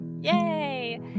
Yay